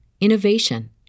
innovation